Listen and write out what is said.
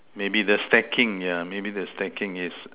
maybe the stacking yeah maybe the stacking yes